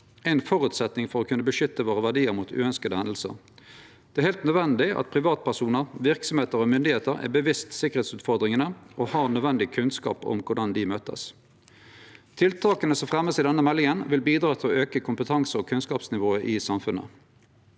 ein føresetnad for å kunne beskytte våre verdiar mot uønskte hendingar. Det er heilt nødvendig at privatpersonar, verksemder og myndigheiter er bevisst sikkerheitsutfordringane og har nødvendig kunnskap om korleis ein skal møte dei. Tiltaka som vert fremja i denne meldinga, vil bidra til å auke kompetanseog kunnskapsnivået i samfunnet.